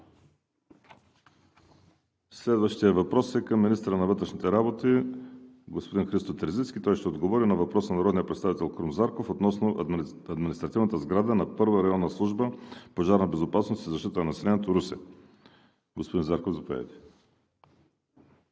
Следващият въпрос е към министъра на вътрешните работи господин Христо Терзийски, който ще отговори на въпрос от народния представител Крум Зарков относно административната сграда на Първа районна служба „Пожарна безопасност и защита на населението“ – Русе. Господин Зарков, заповядайте.